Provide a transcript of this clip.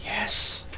Yes